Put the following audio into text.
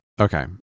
Okay